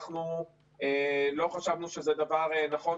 אנחנו לא חשבנו שזה דבר נכון,